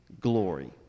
glory